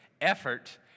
effort